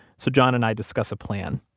so john and i discuss a plan.